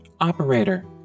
Operator